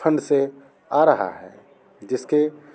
ठंड से आ रहा है जिसके